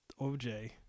OJ